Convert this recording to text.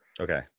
Okay